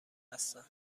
هستن